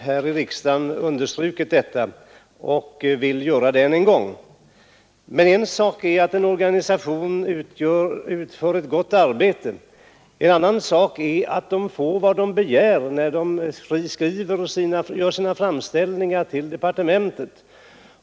här i riksdagen understrukit detta och vill göra det än en gång. Men en sak är att en organisation utför ett gott arbete. En annan sak är att den får vad den begär, när den gör sina framställningar till departementet.